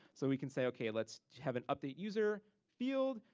so we can say okay let's have an update user field.